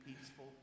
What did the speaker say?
peaceful